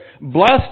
Blessed